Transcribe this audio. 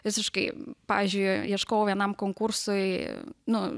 visiškai pavyzdžiui ieškojau vienam konkursui nu